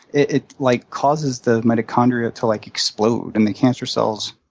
it like causes the mitochondria to, like, explode and the cancer cells,